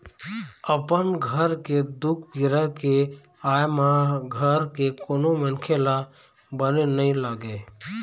अपन घर के दुख पीरा के आय म घर के कोनो मनखे ल बने नइ लागे